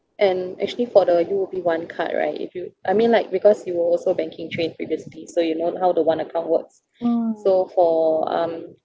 and actually the U_O_B one card right if you I mean like because you were also banking trained previously so you know how the one account works so for um